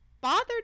bothered